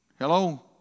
hello